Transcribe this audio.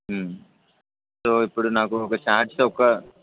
so ఇప్పుడు నాకు ఒక ఛార్ట్స్ ఒక